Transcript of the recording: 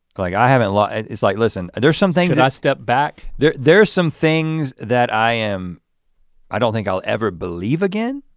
like i haven't lot and it's like listen, and there's some things should i step back? there's there's some things that i am i don't think i'll ever believe again.